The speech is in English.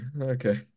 Okay